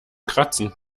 kratzen